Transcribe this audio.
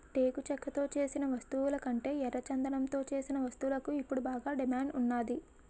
టేకు చెక్కతో సేసిన వస్తువులకంటే ఎర్రచందనంతో సేసిన వస్తువులకు ఇప్పుడు బాగా డిమాండ్ ఉన్నాది